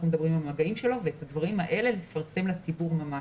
מדברים עם המגעים שלו ואת הדברים האלה לפרסם לציבור ממש,